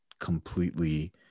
completely